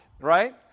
right